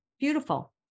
Beautiful